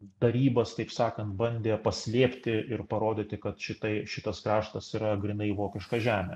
tarybas taip sakant bandė paslėpti ir parodyti kad šitai šitas kraštas yra grynai vokiška žemė